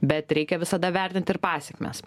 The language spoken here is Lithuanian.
bet reikia visada vertinti ir pasekmes